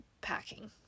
Packing